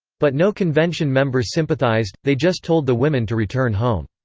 but no convention member sympathized, they just told the women to return home.